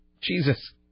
Jesus